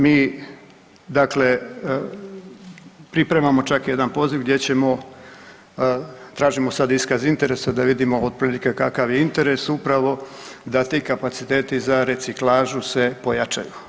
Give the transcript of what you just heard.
Mi dakle pripremamo čak i jedan poziv gdje ćemo, tražimo sad iskaz interesa da vidimo otprilike kakav je interes upravo da ti kapaciteti za reciklažu se pojačaju.